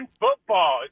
football